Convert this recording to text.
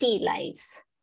lies